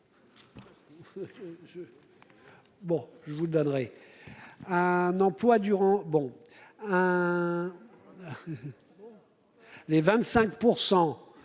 Bon je vous donnerai. Un emploi durant bon hein. Les 25%